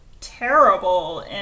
terrible